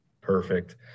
Perfect